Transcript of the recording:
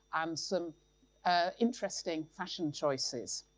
um some ah interesting fashion choices.